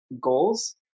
goals